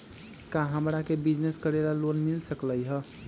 का हमरा के बिजनेस करेला लोन मिल सकलई ह?